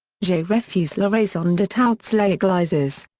je refuse l'oraison de toutes les eglises.